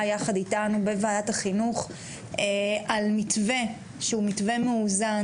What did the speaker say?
יחד איתנו בוועדת החינוך על מתווה שהוא מתווה מאוזן,